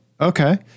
Okay